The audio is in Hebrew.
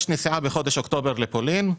יש נסיעה באוקטובר בפולין,